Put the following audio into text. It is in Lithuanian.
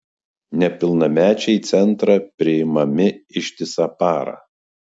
nepilnamečiai į centrą priimami ištisą parą